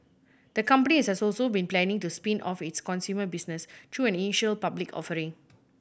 the company has also been planning to spin off its consumer business through an initial public offering